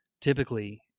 typically